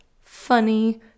funny